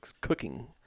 cooking